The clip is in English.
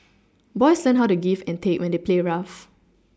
boys learn how to give and take when they play rough